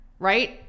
Right